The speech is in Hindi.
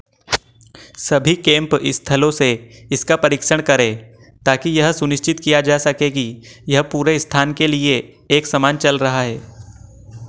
सभी कैम्प स्थलों से इसका परीक्षण करें ताकि यह सुनिश्चित किया जा सके कि यह पूरे स्थान के लिए एक समान चल रहा है